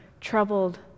troubled